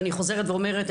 ואני חוזרת ואומרת,